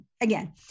again